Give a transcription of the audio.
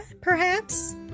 perhaps